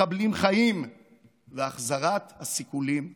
אלא ירי לעבר מחבלים חיים והחזרת הסיכולים הממוקדים.